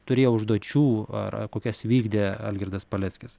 turėjo užduočių ar kokias vykdė algirdas paleckis